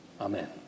Amen